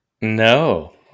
No